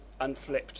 unflipped